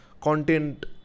content